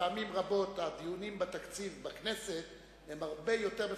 שפעמים רבות הדיונים בתקציב בכנסת הם הרבה יותר מפורטים,